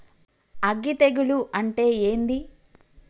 అగ్గి తెగులు అంటే ఏంది?